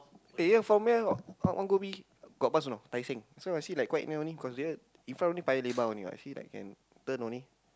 eh yeah from here want to go Ubi got bus or no Tai-Seng just now I see like quite near only consider in front only Paya-Lebar only [what] see like I can turn only